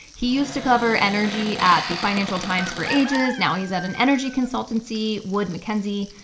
he used to cover energy at the financial times for ages. now he's at an energy consultancy, wood mackenzie.